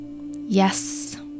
Yes